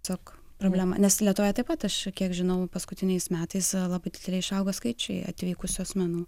tiesiog problema nes lietuvoje taip pat aš kiek žinau paskutiniais metais labai dideli išaugo skaičiai atvykusių asmenų